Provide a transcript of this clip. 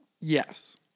Yes